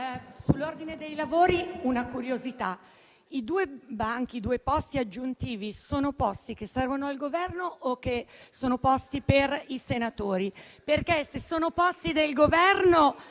sull'ordine dei lavori perché ho una curiosità. I due posti aggiuntivi sono posti che servono al Governo o sono posti per i senatori? Se sono posti del Governo,